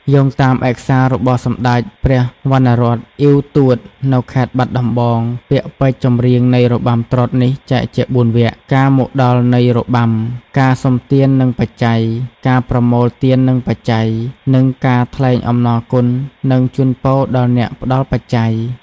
យោងតាមឯកសាររបស់សម្ដេចព្រះវណ្ណរ័ត្ន អ៉ីវ ទួត នៅខេត្តបាត់ដំបង ពាក្យពេចន៍ចម្រៀងនៃរបាំត្រុដិនេះចែកជា៤វគ្គ ការមកដល់នៃរបាំ ការសុំទាននិងបច្ច័យ ការប្រមូលទាននិងបច្ច័យ និងការថ្លែងអំណរគុណនិងជូនពរដល់អ្នកផ្ដល់បច្ច័យ។